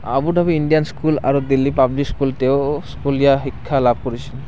Abu Dhabi Indian school আৰু Delhi public school তেওঁঁ স্কুলীয়া শিক্ষা লাভ কৰিছিল